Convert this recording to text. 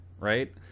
right